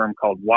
called